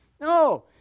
No